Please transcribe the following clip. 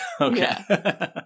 Okay